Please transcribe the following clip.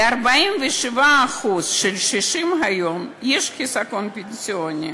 ל-47% מהקשישים היום יש חיסכון פנסיוני.